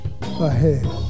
ahead